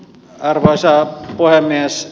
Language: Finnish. arvoisa puhemies